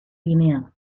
guinea